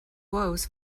woes